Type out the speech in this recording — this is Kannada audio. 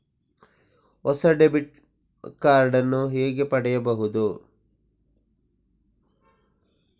ಹೊಸ ಡೆಬಿಟ್ ಕಾರ್ಡ್ ನ್ನು ಹೇಗೆ ಪಡೆಯುದು?